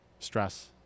Stress